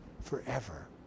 forever